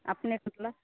अपनेके मतलब